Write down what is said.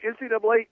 NCAA